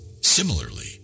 Similarly